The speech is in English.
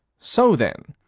so then,